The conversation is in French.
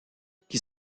qui